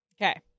Okay